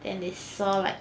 and they saw like